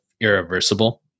irreversible